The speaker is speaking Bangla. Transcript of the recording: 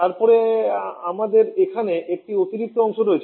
তারপরে আমাদের এখানে একটি অতিরিক্ত অংশ রয়েছে